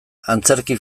antzerki